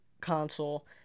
console